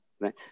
right